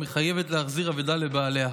המחייבת להחזיר אבדה לבעליה.